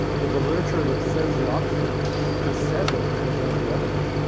well, the literature that says the opposite just says it, but doesn't have any evidence.